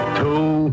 two